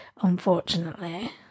unfortunately